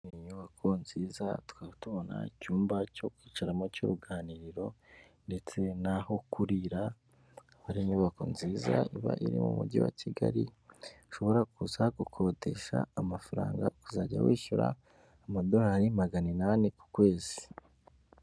Inyubako nziza twaba tubona icyumba cyo kwicaramo cy'uruganiriro ndetse n'aho kurira, hari inyubako nziza iba iri mu mujyi wa kKigali ushobora kuza gukodesha amafaranga uzajya wishyura amadorari magana inani ku kwezi.